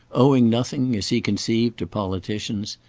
owing nothing, as he conceived, to politicians,